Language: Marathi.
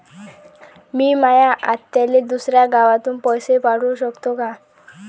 मी माया आत्याले दुसऱ्या गावातून पैसे पाठू शकतो का?